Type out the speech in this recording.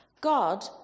God